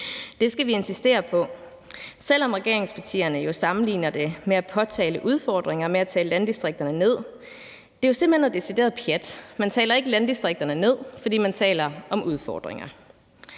Det skal vi insistere på, selv om regeringspartierne jo sammenligner det at påtale udfordringer med at tale landdistrikterne ned. Det er simpelt hen noget decideret pjat. Man taler ikke landdistrikterne ned, fordi man taler om udfordringer.